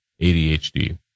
ADHD